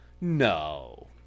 no